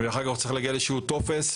אחר כך הוא צריך להגיע לאיזשהו טופס,